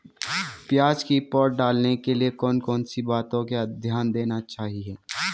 प्याज़ की पौध डालने के लिए कौन कौन सी बातों का ध्यान देना चाहिए?